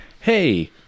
hey